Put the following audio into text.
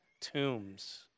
tombs